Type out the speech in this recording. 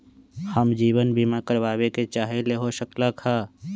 हम जीवन बीमा कारवाबे के चाहईले, हो सकलक ह?